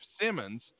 Simmons